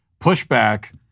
pushback